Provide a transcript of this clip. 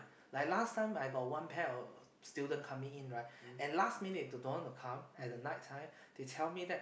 like last time I got one pair of of student coming in right and last minute they don't want to come at the night time they tell me that